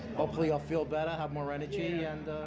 hopefully i'll feel better, have more energy and.